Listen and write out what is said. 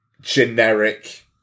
generic